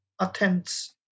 attempts